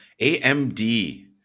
AMD